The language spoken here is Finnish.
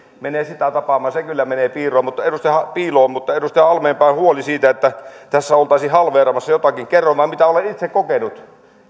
menee sitä tapaamaan menee piiloon edustaja halmeenpäällä on huoli siitä että tässä oltaisiin halveeraamassa jotakin mutta kerron vain mitä olen itse kokenut